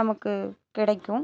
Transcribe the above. நமக்கு கிடைக்கும்